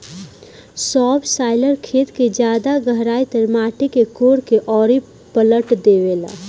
subsoiler खेत के ज्यादा गहराई तक माटी के कोड़ के अउरी पलट देवेला